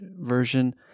version